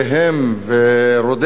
ורודף אותם,